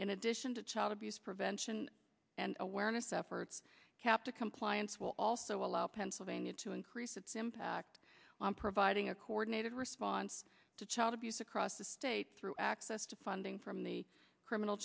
in addition to child abuse prevention and awareness efforts capta compliance will also allow pennsylvania to increase its impact on providing a coordinated response to child abuse across the state through access to funding from the criminal